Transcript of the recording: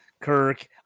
Kirk